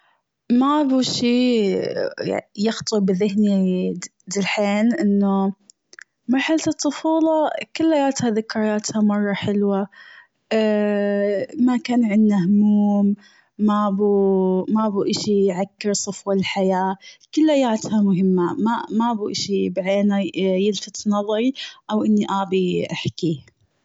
ما بو شيء يخطر بذهني دالحين أنه مرحلة الطفولة كلياتها ذكرياتها مرة حلوة، ما كان عنا هموم مابو-ما بو اشي يعكر صفو الحياة كلياتها مهمة م-مابو اشي بعينه يلفت نظري أو إني أبي احكيه.